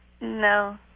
No